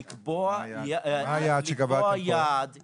מהו היעד שקבעתם לחרדים?